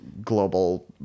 global